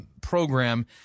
program